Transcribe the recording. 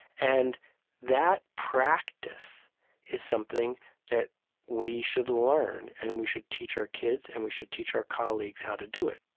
and that practice is something that we should learn, and we should teach our kids, and we should teach our colleagues how to do it